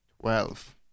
Twelve